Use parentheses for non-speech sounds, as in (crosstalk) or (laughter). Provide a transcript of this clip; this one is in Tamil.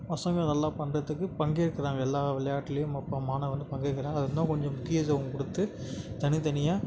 பசங்கள் நல்லா பண்ணுறத்துக்கு பங்கேற்கிறாங்க எல்லா விளையாட்டுலேயும் (unintelligible) வந்து பங்கேற்கிறாங்க அதில் தான் கொஞ்சம் முக்கியத்துவம் கொடுத்து தனித்தனியாக